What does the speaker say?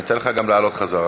בסדר, אני אתן לך גם לעלות בחזרה.